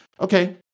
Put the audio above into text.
Okay